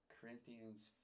Corinthians